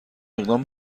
اقدام